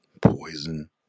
poison